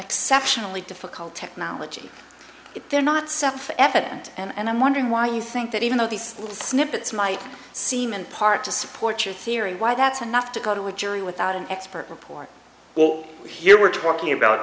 exceptionally difficult technology if they're not self evident and i'm wondering why you think that even though these little snippets might seem in part to support your theory why that's enough to coddle a jury without an expert report well here we're talking about